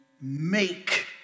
make